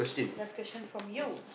last question from you